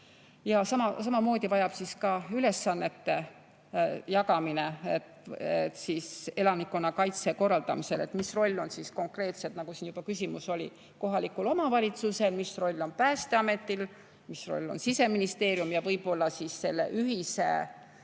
Samamoodi vajab [lahendust] ka ülesannete jagamine elanikkonnakaitse korraldamisel, et mis roll on konkreetselt, nagu siin juba küsimus oli, kohalikul omavalitsusel, mis roll on Päästeametil, mis roll on Siseministeeriumil, ja võib-olla selle ühise rollijaotaja